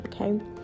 okay